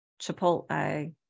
Chipotle